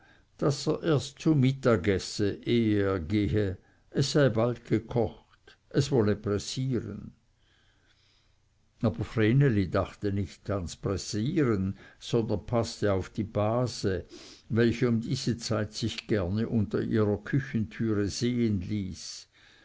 daß er erst zu mittag esse ehe er gehe es sei bald gekocht es wolle pressieren aber vreneli dachte nicht ans pressieren sondern paßte auf die base welche um diese zeit sich gerne unter ihrer küchentüre sehen ließ